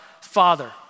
Father